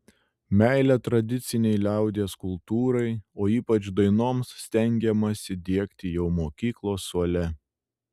meilę tradicinei liaudies kultūrai o ypač dainoms stengiamasi diegti jau mokyklos suole